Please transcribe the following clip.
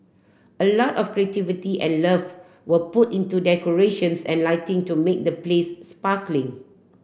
a lot of creativity and love were put into decorations and lighting to make the place sparkling